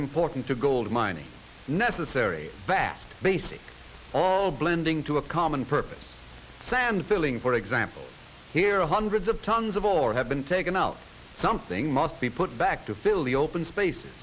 important to gold mining necessary vast basically all blending to a common purpose sand filling for example here hundreds of tons of all or have been taken out something must be put back to fill the open space